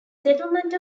settlement